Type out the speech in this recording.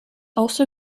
also